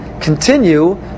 continue